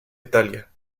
italia